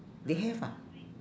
they have ah